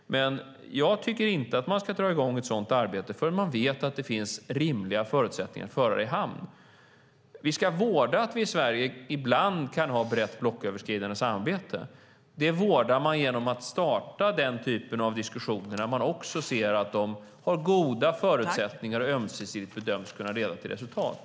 Men jag tycker inte att man ska dra i gång ett sådant arbete förrän man vet att det finns rimliga förutsättningar att föra det i hamn. Vi ska vårda att vi i Sverige ibland kan ha ett brett blocköverskridande samarbete. Det vårdar man genom att starta den typen av diskussioner när man också ser att de har goda förutsättningar och ömsesidigt bedöms kunna leda till resultat.